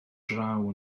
draw